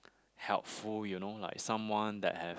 helpful you know like someone that have